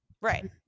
right